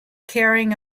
carrying